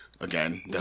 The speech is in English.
Again